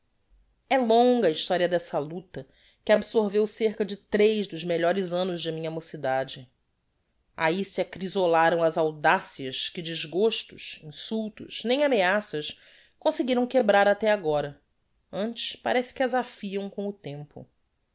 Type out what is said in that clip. é longa a historia dessa lucta que absorveu cerca de tres dos melhores annos de minha mocidade ahi se acrisolaram as audacias que desgostos insultos nem ameaças conseguiram quebrar até agora antes parece que as afiam com o tempo